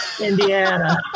Indiana